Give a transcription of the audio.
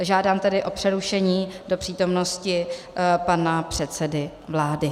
Žádám tedy o přerušení do přítomnosti pana předsedy vlády.